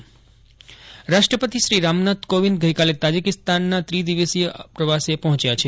અશરફ નથવાણી રાષ્ટ્રપતિ રાષ્ટ્રપતિ શ્રી રામનાથ કોવિંદ ગઈકાલે તાઝીકિસ્તાનના ત્રિદિવસીય પ્રવાસે પહોંચ્યા છે